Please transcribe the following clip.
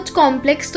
complex